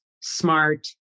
smart